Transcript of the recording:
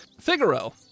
Figaro